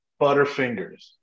Butterfingers